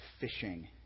fishing